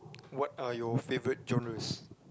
what are your favourite journals